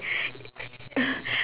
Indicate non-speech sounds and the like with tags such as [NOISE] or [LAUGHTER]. [LAUGHS]